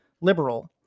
liberal